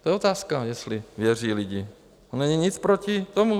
To je otázka, jestli věří lidi, to není nic proti tomu.